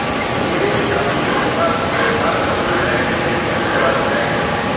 मेरे पिताजी के पास खेतिहर मशीन है इसे ट्रैक्टर में लगाते है